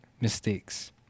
mistakes